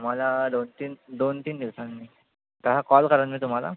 मला दोन तीन दोन तीन दिवसांनी तर हा कॉल करंन मी तुम्हाला